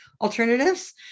alternatives